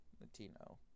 Latino